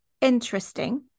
interesting